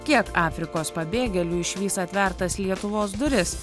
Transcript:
kiek afrikos pabėgėlių išvys atvertas lietuvos duris